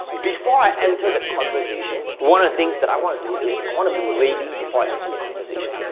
before i enter the conversation, one of the things that i wanna do is, i wanna be ready before i enter the conversation.